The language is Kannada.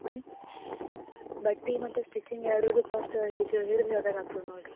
ಅಂತ ಬಟ್ಟೆ ಮತ್ತು ಸ್ಟಿಚಿಂಗ್ ಎರಡರದ್ದು ಕಾಸ್ಟ್ ಹಿಡಿತದೆ ಹಿಡ್ದು ಹೇಳ್ಬೇಕು ಆಗ್ತದೆ ನೋಡಿರಿ